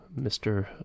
Mr